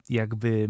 jakby